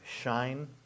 shine